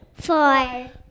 Four